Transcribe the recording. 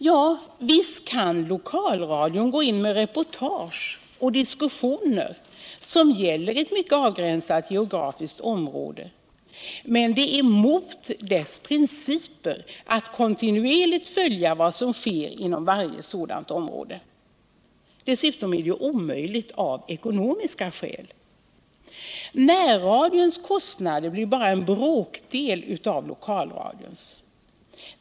Ja, visst kan lokalradion gå in med reportage och diskussioner som gäller ett mycket avgränsat geografiskt område, men det är mot dess principer att kontinuerligt följa vad som sker inom varje sådant område. Dessutom är det ju omöjligt av ekonomiska skäl. Närradions kostnader blir bara en bråkdel av lokalradions.